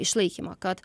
išlaikymą kad